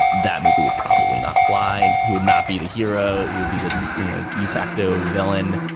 that movie will probably not fly. he would not be the hero. he would be the the de facto villain.